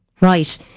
Right